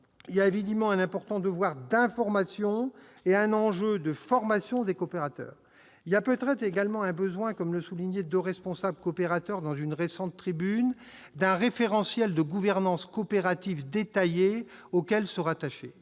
Il y a, évidemment, un important devoir d'information et un enjeu de formation des coopérateurs. Il y a peut-être également besoin, comme le soulignaient deux responsables coopérateurs dans une récente tribune, d'un « référentiel de gouvernance coopérative détaillé » auquel se rattacher.